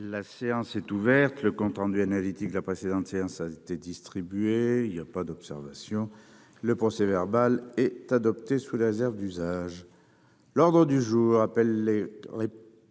La séance est ouverte. Le compte rendu analytique, la précédente séance a été distribué il y a pas d'observation, le procès verbal est adoptée sous les réserves d'usage. L'ordre du jour appelle les. Ponce